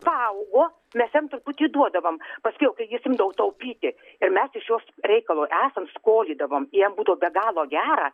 paaugo mes jam truputį duodavom paskiau kai jis imdavo taupyti ir mes iš jos reikalui esant skolydavom jam būdavo be galo gera